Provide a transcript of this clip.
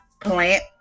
plant